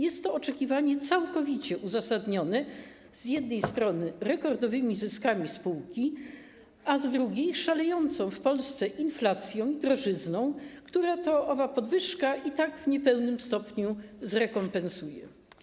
Jest to oczekiwanie całkowicie uzasadnione z jednej strony rekordowymi zyskami spółki, a z drugiej szalejącą w Polsce inflacją, drożyzną, które to owa podwyżka i tak w niepełnym stopniu zrekompensuje.